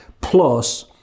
Plus